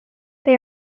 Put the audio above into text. they